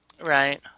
right